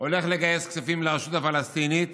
הולך לגייס כספים לרשות הפלסטינית